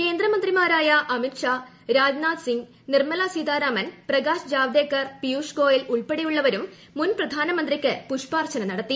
കേന്ദ്രമന്ത്രിമാരായ അമിത് ഷാ രാജ്നാഥ് സിംഗ് നിർമല സീതാരാമൻ പ്രകാശ് ജാവദേക്കർ പിയൂഷ് ഗോയൽ ഉൾപ്പെടെയുള്ളവരും മുൻപ്രധാനമന്ത്രിക്ക് പുഷ്പാർച്ചന നടത്തി